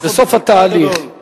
בסוף התהליך.